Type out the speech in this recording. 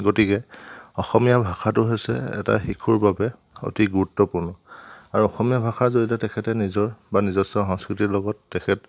গতিকে অসমীয়া ভাষাটো হৈছে এটা শিশুৰ বাবে অতি গুৰুত্বপূৰ্ণ আৰু অসমীয়া ভাষাৰ জৰিয়তে তেখেতে নিজৰ বা নিজস্ব সংস্কৃতিৰ লগত তেখেত